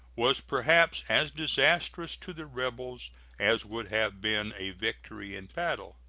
was perhaps as disastrous to the rebels as would have been a victory in battle.